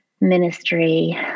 ministry